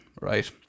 right